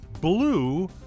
blue